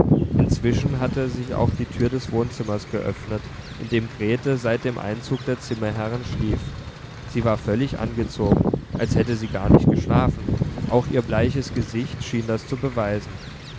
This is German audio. inzwischen hatte sich auch die tür des wohnzimmers geöffnet in dem grete seit dem einzug der zimmerherren schlief sie war völlig angezogen als hätte sie gar nicht geschlafen auch ihr bleiches gesicht schien das zu beweisen